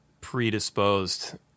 predisposed